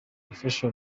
gufasha